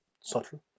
subtle